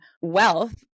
wealth